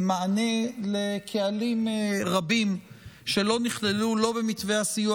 מענה לקהלים רבים שלא נכללו לא במתווה הסיוע